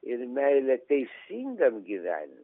ir meilę teisingam gyvenimui